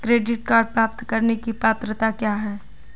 Credit card प्राप्त करने की पात्रता क्या है?